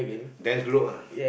dance group ah